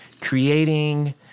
creating